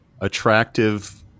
attractive